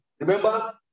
Remember